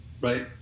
right